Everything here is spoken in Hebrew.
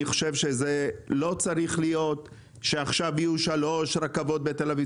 אני חושב שזה לא צריך להיות שעכשיו יהיו 3 רכבות בתל אביב.